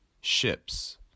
Ships